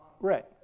right